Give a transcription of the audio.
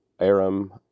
Aram